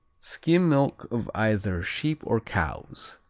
skim milk of either sheep or cows.